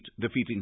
defeating